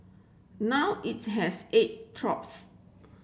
now it has eight troops